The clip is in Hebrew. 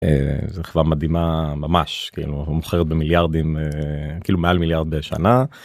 זו חברה מדהימה ממש מוכרת במיליארדים, כאילו מעל מיליארד בשנה.